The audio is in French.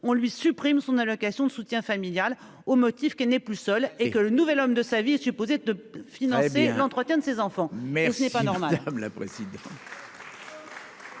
on lui supprime son allocation de soutien familial, au motif qu'elle n'est plus seul et que le nouvel homme de sa vie supposée de financer l'entretien de ses enfants, mais ce n'est pas normal comme la présidente.